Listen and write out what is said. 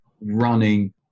running